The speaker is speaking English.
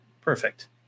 perfect